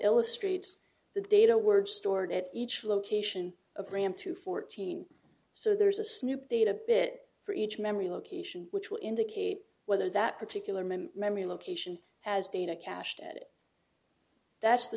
illustrates the data were stored at each location of ram to fourteen so there is a snoop data bit for each memory location which will indicate whether that particular memory memory location has dana cached at it that's the